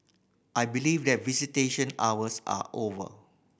I believe that visitation hours are over